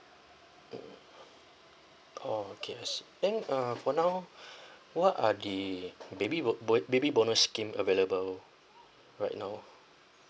um orh okay I see then uh for now what are the baby bo~ bo~ baby bonus scheme available right now